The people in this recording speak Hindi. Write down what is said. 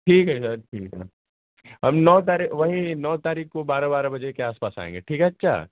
ठीक है चाचा ठीक है हम नौ तारीख़ वही नौ तारीख को बारह वारह बजे के आसपास आएँगे ठीक है अच्छा